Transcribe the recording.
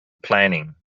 planning